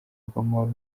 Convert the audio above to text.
rw’amahoro